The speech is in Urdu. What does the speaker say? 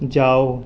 جاؤ